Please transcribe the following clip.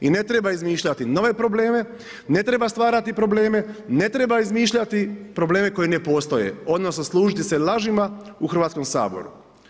I ne treba izmišljati nove probleme, ne treba stvarati probleme, ne treba izmišljati probleme koji ne postoje odnosno služiti se lažima u Hrvatskom saboru.